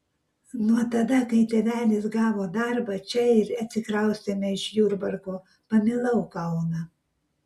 nuo tada kai tėvelis gavo darbą čia ir atsikraustėme iš jurbarko pamilau kauną